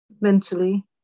mentally